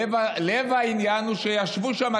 לב העניין הוא שישבו שם,